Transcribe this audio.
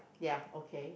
ya okay